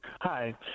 Hi